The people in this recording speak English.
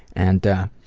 and